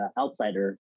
outsider